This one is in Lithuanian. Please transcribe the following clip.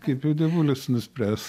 kaip jau dievulis nuspręs